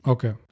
Okay